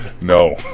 No